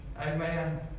Amen